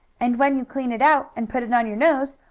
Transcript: and when you clean it out, and put it on your nose,